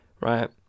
right